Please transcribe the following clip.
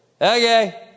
Okay